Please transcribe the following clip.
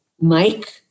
Mike